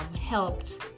helped